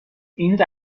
این